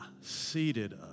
seated